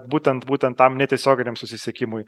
būtent būtent tam netiesioginiam susisiekimui